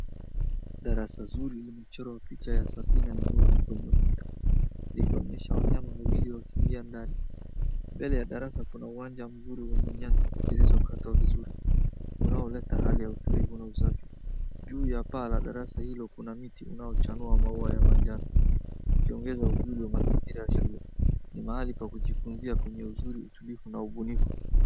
Darasa zuri limechorwa mapicha ya safina ya miu kwenye ukuta likionyesha wanyama wawili wakiingia ndani. Mbele ya darasa kuna uwanja mzuri wenye nyasi zilizokatwa vizuri, unaoleta hali ya utulivu na usafi. Juu ya paa la darasa hilo kuna miti unaochanua maua ya manjano, vikiongeza uzuri wa mazingira ya shule. Ni mahali pa kujifunzia penye uzuri utulivu na ubunifu.